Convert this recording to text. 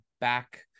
back